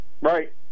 Right